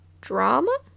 drama